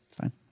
Fine